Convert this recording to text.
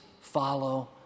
follow